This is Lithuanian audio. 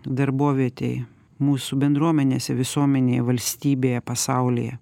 darbovietėj mūsų bendruomenėse visuomenėje valstybėje pasaulyje